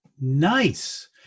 Nice